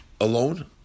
alone